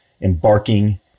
embarking